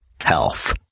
health